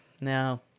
no